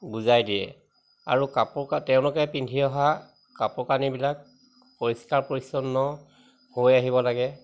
বুজাই দিয়ে আৰু কাপোৰ কা তেওঁলোকে পিন্ধি অহা কাপোৰ কানিবিলাক পৰিষ্কাৰ পৰিচ্ছন্ন হৈ আহিব লাগে